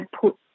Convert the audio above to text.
put